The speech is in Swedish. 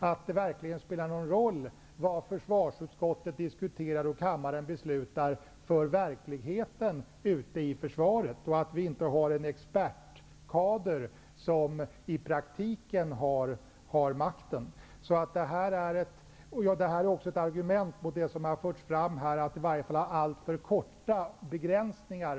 Det måste exempelvis spela någon roll för verkligheten ute i försvaret vad försvarsutskottet diskuterar och kammaren beslutar, så att vi inte har en expertkader som i praktiken har makten. Detta är också ett argument mot de tankar som här förts fram om begränsningar av den tid man får vara exempelvis riksdagsman.